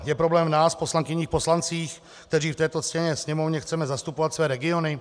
Je problém v nás, poslankyních, poslancích, kteří v této ctěné Sněmovně chceme zastupovat své regiony?